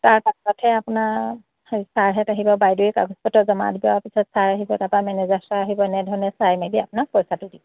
তাৰ পাছতহে আপোনাৰ ছাৰহঁত আহিব বাইদেৱে কাগজপত্ৰ জমা দিয়াৰ পিছত ছাৰ আহিব তাৰপৰা মেনেজাৰ ছাৰ আহিব এনেধৰণে চাই মেলি আপোনাক পইচাটো দিব